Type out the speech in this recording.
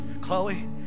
Chloe